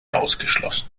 ausgeschlossen